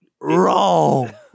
wrong